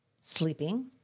sleeping